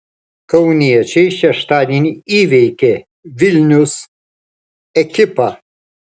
kauniečiai šeštadienį įveikė vilnius ekipą